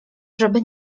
żeby